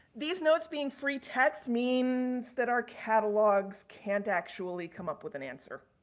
these notes, being free text means that our catalogs can't actually come up with an answer.